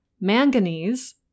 manganese